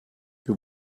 wir